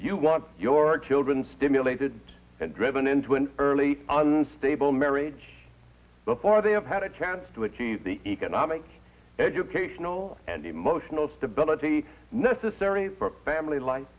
you want your children stimulated and driven into an early unstable marriage before they have had a chance to achieve the economic educational and emotional stability necessary for family life